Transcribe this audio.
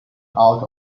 out